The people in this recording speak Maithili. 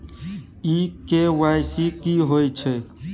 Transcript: इ के.वाई.सी की होय छै?